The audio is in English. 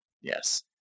Yes